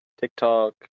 TikTok